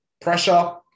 pressure